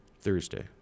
Thursday